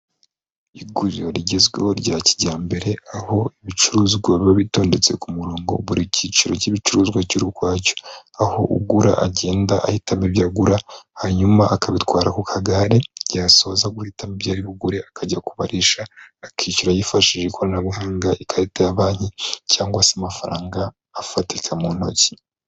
Iguriro rigezweho rya kijyambere aho ibicuruzwa biba bitondetse ku murongo buri cyiciro cy'ibicuruzwa cy'urukwacyo aho ugura agenda ahita a abiyagura hanyuma akabitwara ku kagare ryasoza guhitamo byariragu akajya kubarisha akishyura yifashishije ikoranabuhanga ikarita ya banki cyangwa se amafaranga afatika mu ntoki.